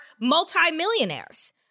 multimillionaires